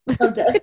Okay